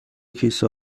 کیسه